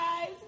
guys